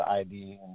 ID